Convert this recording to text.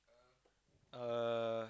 uh